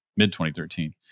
mid-2013